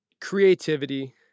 creativity